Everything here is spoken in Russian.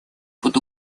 под